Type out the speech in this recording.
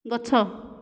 ଗଛ